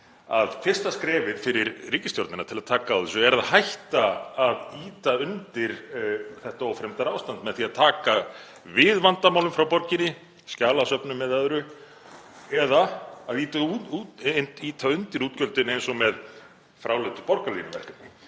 að fyrsta skrefið fyrir ríkisstjórnina til að taka á þessu er að hætta að ýta undir þetta ófremdarástand með því að taka við vandamálum frá borginni, skjalasöfnum eða öðru, eða að ýta undir útgjöldin eins og með fráleitu borgarlínuverkefni.